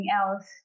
else